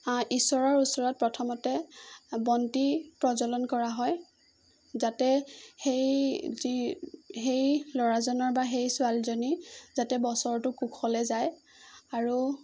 ঈশ্বৰৰ ওচৰত প্ৰথমতে বন্তি প্ৰজ্বলন কৰা হয় যাতে সেই যি সেই ল'ৰাজনৰ বা সেই ছোৱালীজনীৰ যাতে বছৰটো কুশলে যায় আৰু